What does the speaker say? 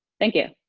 thank you.